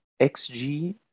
XG